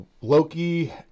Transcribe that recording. Loki